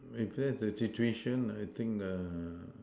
if that's the situation I think uh